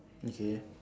okay